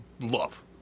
love